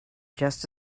just